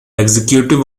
executive